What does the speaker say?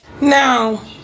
Now